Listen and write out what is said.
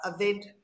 event